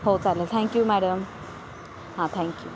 हो चालेल thank you madam हां थँक्यू